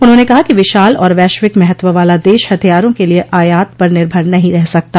उन्होंने कहा कि विशाल और वैश्विक महत्व वाला देश हथियारों के लिए आयात पर निर्भर नहीं रह सकता